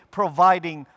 providing